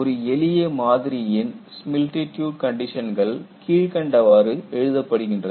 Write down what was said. ஒரு எளிய மாதிரியின் ஸ்மிலிட்டியூட் கண்டிஷன்கள் கீழ்க்கண்டவாறு எழுதப்படுகின்றது